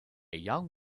young